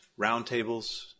roundtables